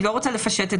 אני לא רוצה להמתין